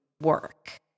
work